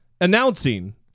announcing